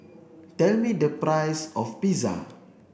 tell me the price of Pizza